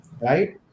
right